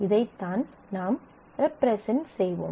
இதைத்தான் நாம் ரெப்ரசன்ட் செய்வோம்